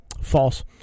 false